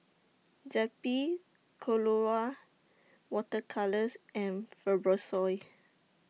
Zappy Colora Water Colours and Fibrosol